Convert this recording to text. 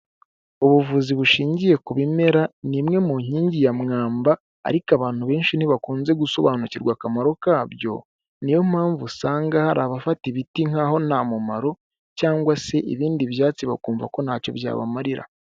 Ubuvuzi bushingiye ku bimera ni imwe mu nkingi ya mwamba, ariko abantu benshi ntibakunze gusobanukirwa akamaro kabyo, niyo mpamvu usanga hari abafata ibiti nk'aho ntamumaro cyangwa se ibindi byatsi bakumva ko ntacyo byabamarira.